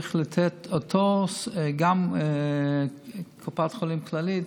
שצריך לתת גם אותו לקופת חולים כללית,